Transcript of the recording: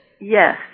Yes